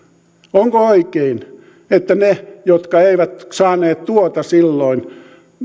onko oikein että ne jotka eivät saaneet tuota silloin